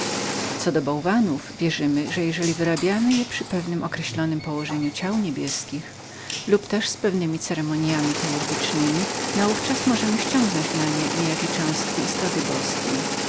co do bałwanów wierzymy że jeżeli wyrabiamy je pod pewnemi wróżbami niebieskiemi lub też z pewnemi uroczystościami teurgicznemi naówczas możemy ściągnąć na nie niejakie cząstki istoty boskiej